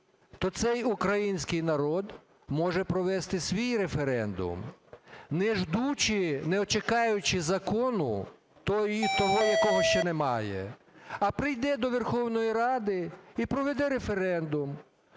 то цей український народ може провести свій референдум, не чекаючи закону того, якого ще немає, а прийде до Верховної Ради і проведе референдум,